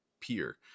peer